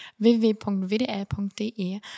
www.wdl.de